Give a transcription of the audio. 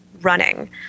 running